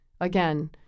again